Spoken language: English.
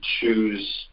choose